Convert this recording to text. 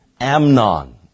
Amnon